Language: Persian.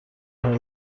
حال